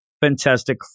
Fantastic